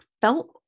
felt